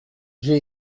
j’ai